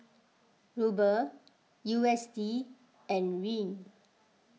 Ruble U S D and Riel